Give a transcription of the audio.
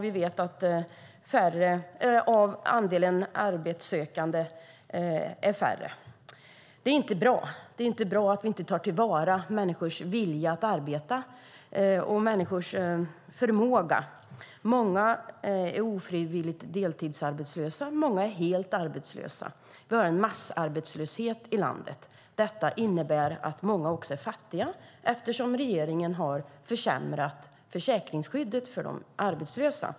Det är inte bra, och det är inte bra att vi inte tar till vara människors vilja att arbeta och människors förmåga. Många är ofrivilligt deltidsarbetslösa, och många är helt arbetslösa. Vi har en massarbetslöshet i landet. Detta innebär att många också är fattiga, eftersom regeringen har försämrat försäkringsskyddet för de arbetslösa.